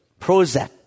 Prozac